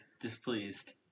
displeased